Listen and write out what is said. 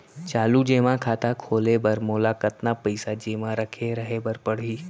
चालू जेमा खाता खोले बर मोला कतना पइसा जेमा रखे रहे बर पड़ही?